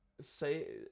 say